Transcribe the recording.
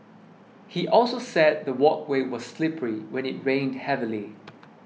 he also said the walkway was slippery when it rained heavily